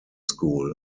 school